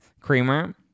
creamer